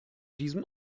diesem